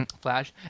Flash